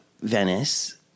Venice